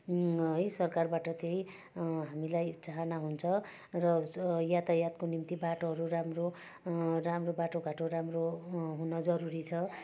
है सरकारबाट त्यही हामीलाई चाहना हुन्छ र यातायातको निम्ति बाटोहरू राम्रो राम्रो बाटोघाटो राम्रो हुन जरुरी छ